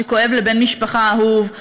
כשכואב לבן-משפחה אהוב,